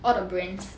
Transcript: all the brands